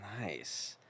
Nice